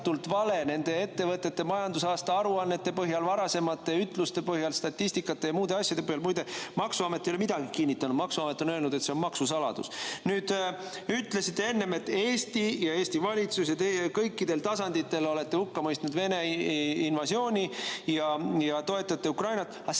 vale nende ettevõtete majandusaasta aruannete põhjal, varasemate ütluste põhjal, statistikate ja muude asjade põhjal. Muide, maksuamet ei ole midagi kinnitanud. Maksuamet on öelnud, et see on maksusaladus. Te ütlesite enne, et Eesti ja Eesti valitsus ja teie kõikidel tasanditel olete hukka mõistnud Vene invasiooni, ja toetate Ukrainat,